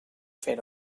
fer